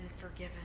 forgiven